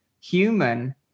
human